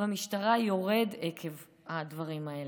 במשטרה יורד עקב הדברים האלה.